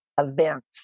events